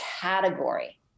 category